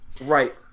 Right